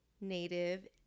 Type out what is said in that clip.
Native